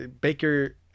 Baker